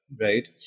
right